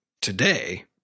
today